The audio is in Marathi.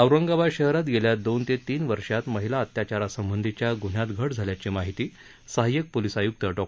औरंगाबाद शहरात गेल्या दोन ते तीन वर्षांत महिला अत्याचारासंबंधीच्या गुन्ह्यात घट झाल्याची माहिती सहाय्यक पोलिस आयुक्त डॉ